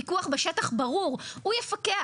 פיקוח בשטח, ברור, הוא יפקח.